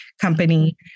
company